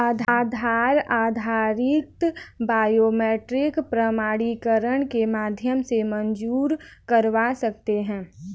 आधार आधारित बायोमेट्रिक प्रमाणीकरण के माध्यम से मंज़ूर करवा सकते हैं